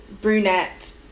brunette